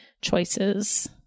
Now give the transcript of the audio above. choices